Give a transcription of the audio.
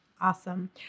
Awesome